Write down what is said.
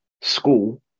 school